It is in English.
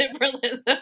liberalism